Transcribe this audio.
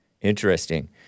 Interesting